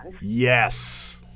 Yes